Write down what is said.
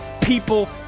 people